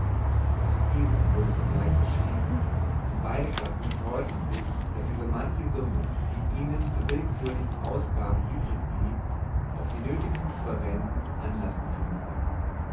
auch dieser wurde sogleich verschrieben und beide gatten freuten sich daß sie so manche summe die ihnen zu willkürlichen ausgaben übrigblieb auf die nötigsten zu verwenden anlaß gefunden